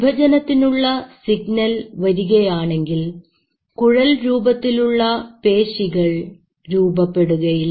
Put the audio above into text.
വിഭജനത്തിനുള്ള signal വരികയാണെങ്കിൽ കുഴൽ രൂപത്തിലുള്ള പേശികൾ രൂപപ്പെടുകയില്ല